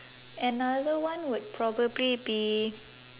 another one would probably be